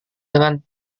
dengan